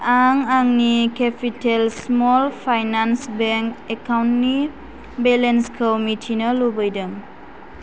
आं आंनि capital small finance bank एकाउन्टनि बेलेन्सखौ मिथिनो लुबैदों